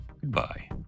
Goodbye